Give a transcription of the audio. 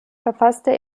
verfasste